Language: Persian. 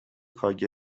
kgb